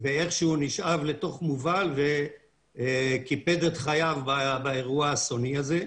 ואיכשהו נשאב וקיפד את חייו באירוע האסוני הזה.